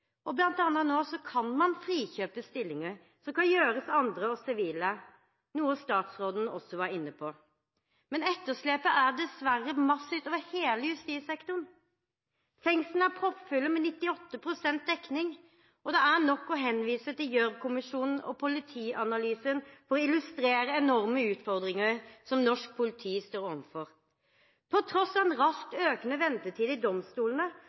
kan man nå frikjøpe stillinger som kan fylles av andre og sivile, noe statsråden også var inne på. Men etterslepet er dessverre massivt over hele justissektoren. Fengslene er proppfulle med 98 pst. dekning, og det er nok å henvise til Gjørv-kommisjonen og Politianalysen for å illustrere enorme utfordringer som norsk politi står overfor. På tross av en raskt økende ventetid i domstolene